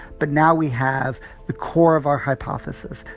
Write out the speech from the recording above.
but now we have the core of our hypothesis,